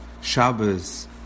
Shabbos